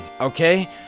okay